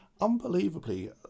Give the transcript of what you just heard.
Unbelievably